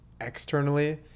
externally